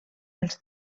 els